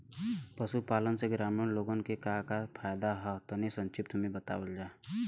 पशुपालन से ग्रामीण लोगन के का का फायदा ह तनि संक्षिप्त में बतावल जा?